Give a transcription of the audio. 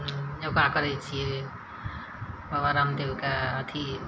योगा करैत छियै बाबा रामदेबके अथी